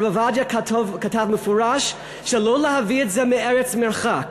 הרב עובדיה כתב במפורש שלא להביא את זה מארץ מרחק.